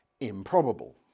improbable